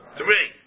three